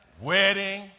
wedding